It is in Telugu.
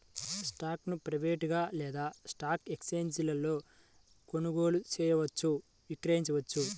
స్టాక్ను ప్రైవేట్గా లేదా స్టాక్ ఎక్స్ఛేంజీలలో కొనుగోలు చేయవచ్చు, విక్రయించవచ్చు